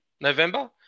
November